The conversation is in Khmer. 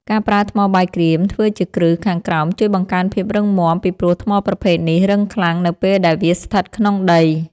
ការប្រើថ្មបាយក្រៀមធ្វើជាគ្រឹះខាងក្រោមជួយបង្កើនភាពរឹងមាំ ពីព្រោះថ្មប្រភេទនេះរឹងខ្លាំងនៅពេលដែលវាស្ថិតក្នុងដី។